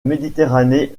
méditerranée